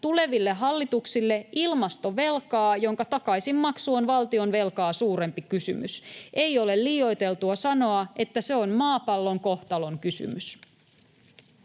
tuleville hallituksille ilmastovelkaa, jonka takaisinmaksu on valtionvelkaa suurempi kysymys. Ei ole liioiteltua sanoa, että se on maapallon kohtalonkysymys.